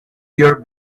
your